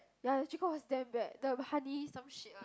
ya the chicken was damn bad the honey some shit one